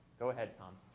go ahead, tom.